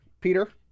Peter